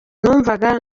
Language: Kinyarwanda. numvaga